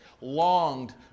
longed